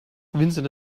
vincent